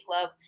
love